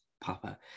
Papa